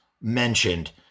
mentioned